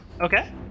Okay